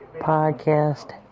podcast